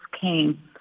came